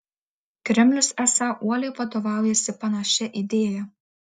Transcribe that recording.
kremlius esą uoliai vadovaujasi panašia idėja